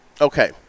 Okay